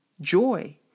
joy